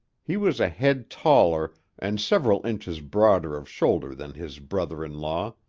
he was a head taller and several inches broader of shoulder than his brother-in-law.